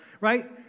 right